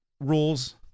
rules